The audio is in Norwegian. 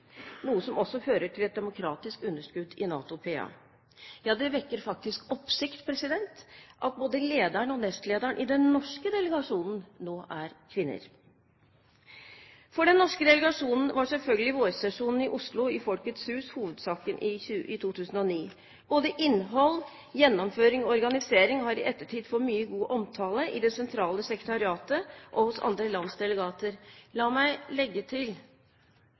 noe som også fører til et demokratisk underskudd i NATO PA. Ja, det vekker faktisk oppsikt at både lederen og nestlederen i den norske delegasjonen nå er kvinner. For den norske delegasjonen var selvfølgelig vårsesjonen i Oslo, i Folkets Hus, hovedsaken i 2009. Både innhold, gjennomføring og organisering har i ettertid fått mye god omtale i det sentrale sekretariatet og hos andre lands delegater. La meg legge til